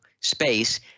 space